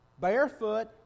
barefoot